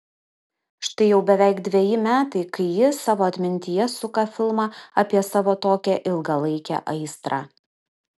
štai jau beveik dveji metai kai ji savo atmintyje suka filmą apie savo tokią ilgalaikę aistrą